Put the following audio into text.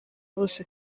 bose